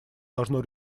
должно